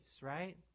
right